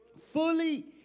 Fully